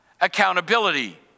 accountability